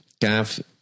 gav